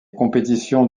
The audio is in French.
compétitions